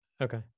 Okay